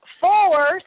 four